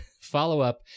Follow-up